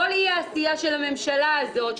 כל האי-עשייה של הממשלה הזאת,